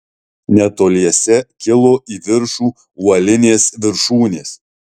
netoliese kilo į viršų uolinės viršūnės